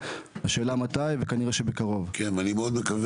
היא חלופה שאני אומר לך שממנה לא תצא